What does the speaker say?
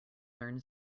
learn